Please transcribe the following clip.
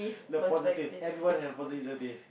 the positive everyone has positive adjectives